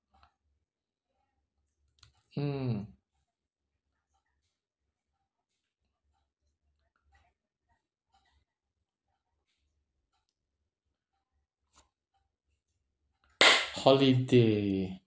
mm holiday